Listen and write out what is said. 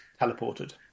teleported